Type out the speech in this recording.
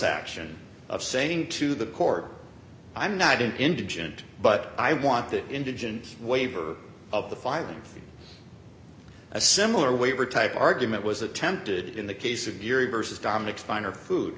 action of saying to the court i'm not an indigent but i want the indigent waiver of the filing a similar waiver type argument was attempted in the case of yuri vs dominic finer food